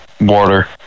water